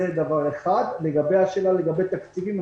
שאלת לגבי התקציבים.